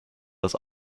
das